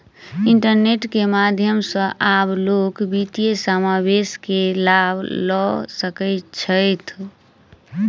internet के माध्यम सॅ आब लोक वित्तीय समावेश के लाभ लअ सकै छैथ